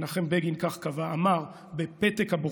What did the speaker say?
מנחם בגין כך אמר: בפתק הבוחר.